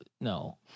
no